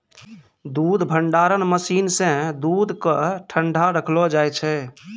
दूध भंडारण मसीन सें दूध क ठंडा रखलो जाय छै